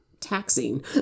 taxing